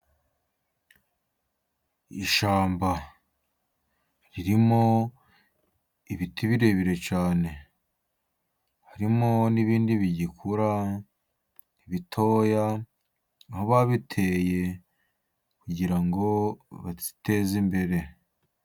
Ishyamba ririmo ibiti birebire cyane, harimo n'ibindi bigikura bitoya, aho babiteye kugira ngo biteze imbere.